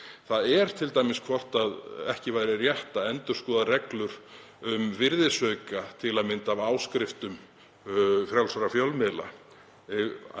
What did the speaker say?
það er t.d. hvort ekki væri rétt að endurskoða reglur um virðisauka, til að mynda af áskriftum frjálsra fjölmiðla.